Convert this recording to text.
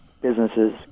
businesses